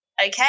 Okay